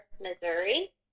Missouri